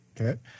Okay